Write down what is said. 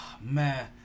Man